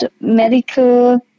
medical